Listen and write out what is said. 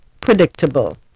predictable